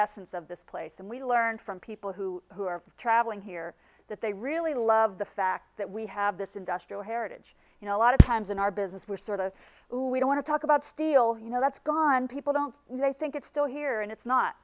essence of this place and we learned from people who who are traveling here that they really love the fact that we have this industrial heritage you know a lot of times in our business we're sort of who we don't talk about steel you know that's gone people don't know i think it's still here and it's not